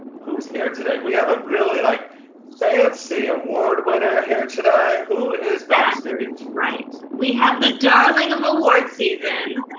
who's here today? we have a really like fancy award winner here today, who is backstage? that's right. we have the darling of awards season,